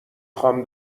خوام